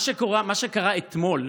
מה שקרה אתמול,